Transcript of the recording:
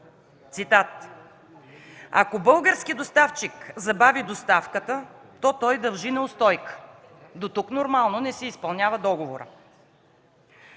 цитат: „Ако български доставчик забави доставката, то той дължи неустойка”. Дотук нормално – не си изпълнява договора.